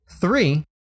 Three